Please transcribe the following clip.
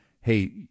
hey